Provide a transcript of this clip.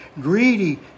greedy